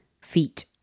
feet